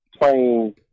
playing